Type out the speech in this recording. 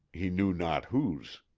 he knew not whose.